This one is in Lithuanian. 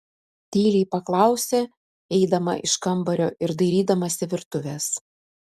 tyliai paklausė eidama iš kambario ir dairydamasi virtuvės